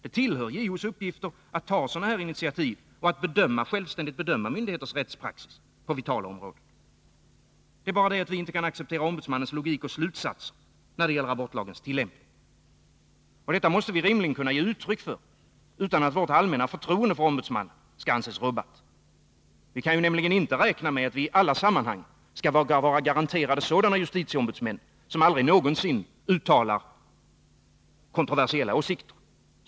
Det tillhör JO:s uppgifter att ta sådana här initiativ och att bedöma myndigheters rättspraxis på vitala områden. Det är bara det att vi inte kan acceptera ombudsmannens logik och slutsatser när det gäller abortlagens tillämpning. Detta måste vi rimligen kunna ge uttryck för utan att vårt allmänna förtroende för ombudsmannen skall anses rubbat. Vi kan nämligen inte räkna med att i alla sammanhang vara garanterade sådana ombudsmän som aldrig någonsin uttalar kontroversiella åsikter.